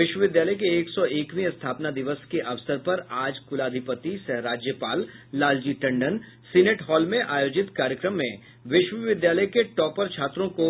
विश्वविद्यालय के एक सौ एकवें स्थापना दिवस के अवसर पर आज कुलाधिपति सह राज्पाल लालजी टंडन सीनेट हॉल में आयोजित कार्यक्रम में विश्वविद्यालय के टॉपर छात्रों को